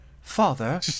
father